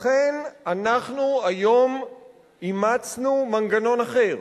לכן אנחנו היום אימצנו מנגנון אחר,